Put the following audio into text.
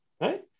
right